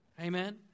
Amen